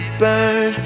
burn